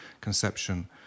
conception